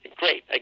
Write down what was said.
great